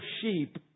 sheep